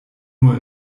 nur